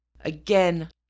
Again